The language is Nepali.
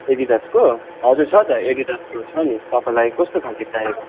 एडिडासको हजुर छ त एडिडासको छ नि तपाईँलाई कस्तो खाल्के चाहिएको